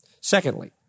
Secondly